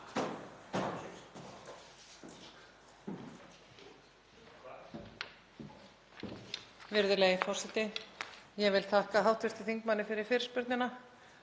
Virðulegi forseti. Ég vil þakka hv. þingmanni fyrir fyrirspurnina